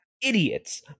idiots